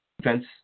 defense